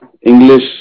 English